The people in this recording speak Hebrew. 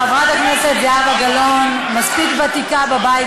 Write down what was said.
חברת הכנסת זהבה גלאון מספיק ותיקה בבית